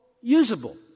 usable